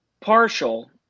partial